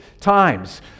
times